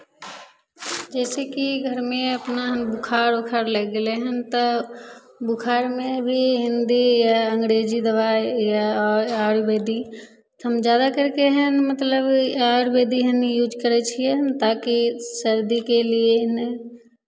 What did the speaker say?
जइसे कि घरमे अपना बुखार उखार लागि गेलै हन तऽ बुखारमे भी हिन्दी या अँग्रेजी दबाइ या आ आयुर्वेदी तऽ हम ज्यादा करि कऽ एहन मतलब आयुर्वेदी एहन यूज करै छियै ताकि सर्दीके लिए